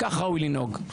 כך ראוי לנהוג.